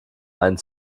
einen